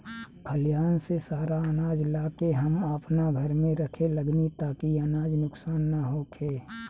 खलिहान से सारा आनाज ला के हम आपना घर में रखे लगनी ताकि अनाज नुक्सान ना होखे